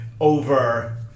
over